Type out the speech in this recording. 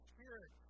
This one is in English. Spirit